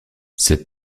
cette